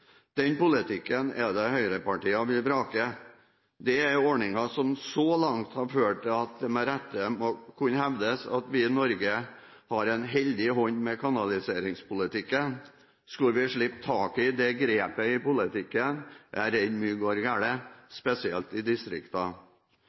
Den politikken er det høyrepartiene vil vrake. Det er ordninger som så langt har ført til at det med rette må kunne hevdes at vi i Norge har en heldig hånd med kanaliseringspolitikken. Skulle vi slippe taket i det grepet i politikken, er